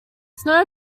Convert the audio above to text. snow